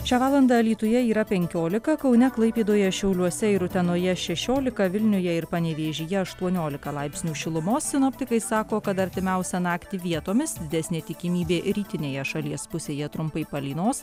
šią valandą alytuje yra penkiolika kaune klaipėdoje šiauliuose ir utenoje šešiolika vilniuje ir panevėžyje aštuoniolika laipsnių šilumos sinoptikai sako kad artimiausią naktį vietomis didesnė tikimybė rytinėje šalies pusėje trumpai palynos